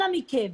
אנא מכם,